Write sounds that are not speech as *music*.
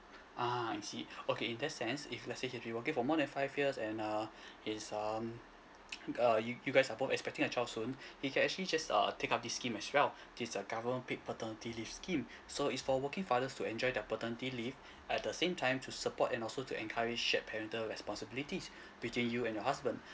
ah I see okay in that sense if let's say he has been working for more than five years and uh his um *noise* uh you you guys are both expecting a child soon he can actually just err take up this scheme as well this uh government paid paternity leave scheme so it's for working fathers to enjoy their paternity leave at the same time to support and also to encourage shared parental responsibilities between you and your husband